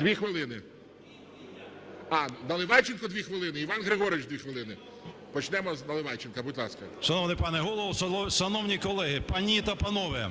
2 хвилини. А, Наливайченко – 2 хвилини, Іван Григорович – 2 хвилини. Почнемо з Наливайченка. Будь ласка. 13:01:31 НАЛИВАЙЧЕНКО В.О. Шановний пане Голово, шановні колеги, пані та панове!